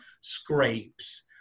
scrapes